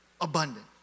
abundant